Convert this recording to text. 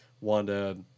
Wanda